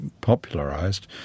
popularized